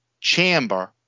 chamber